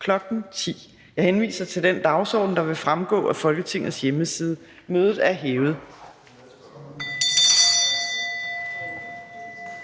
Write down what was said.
kl. 10.00. Jeg henviser til den dagsorden, der vil fremgå af Folketingets hjemmeside. Mødet er hævet.